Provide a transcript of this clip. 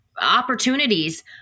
opportunities